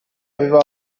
aveva